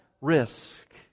risk